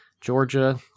Georgia